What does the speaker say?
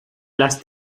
las